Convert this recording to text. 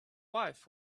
wife